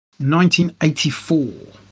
1984